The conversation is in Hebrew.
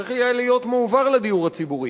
צריך היה להיות מועבר לדיור הציבורי.